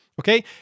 okay